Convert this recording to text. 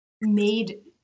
made